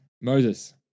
Moses